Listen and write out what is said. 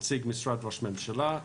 משרד ראש הממשלה,